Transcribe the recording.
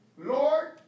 Lord